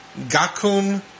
Gakun